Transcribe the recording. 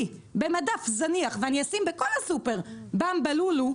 במדף זניח ואני אשים בכל הסופר במבה לולו,